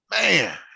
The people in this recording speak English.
Man